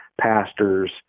pastors